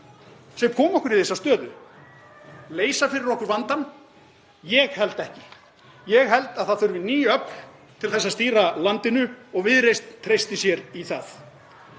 sem komu okkur í þessa stöðu leysa fyrir okkur vandann? Ég held ekki. Ég held að það þurfi ný öfl til að stýra landinu og Viðreisn treystir sér í það.